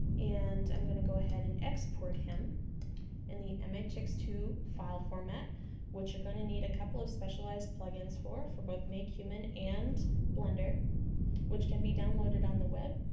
and i'm gonna go ahead and export him in the m h x two file format which you're going to need a couple of specialized plugins for, for both makehuman and blender which can be downloaded on the web.